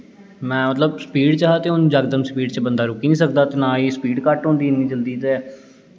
में मतलब सपीड़ च हा ते हून जकदम सपीड़ च रुकी निं सकदा दे नां गै सपीड़ घट्ट होंदी इन्नी जल्दी